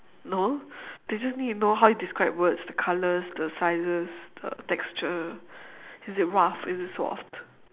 no they just need to know how you describe words the colours the sizes the texture is it rough is it soft